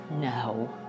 No